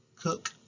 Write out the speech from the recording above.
cook